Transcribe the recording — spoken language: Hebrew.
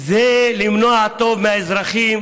זה למנוע טוב מהאזרחים.